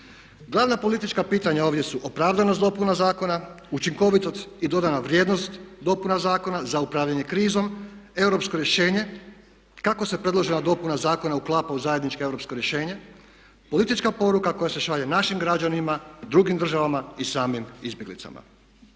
Glavna politička pitanja ovdje su opravdanost dopuna zakona, učinkovitost i dodana vrijednost dopuna zakona za upravljanje krizom, europsko rješenje kako se predložena dopuna zakona uklapa u zajedničko europsko rješenje, politička poruka koja se šalje našim građanima, drugim državama i samim izbjeglicama.